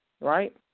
right